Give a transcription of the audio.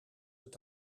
het